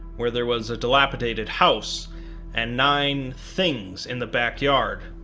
where there was a dilapidated house and nine things in the backyard,